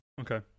Okay